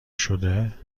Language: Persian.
شده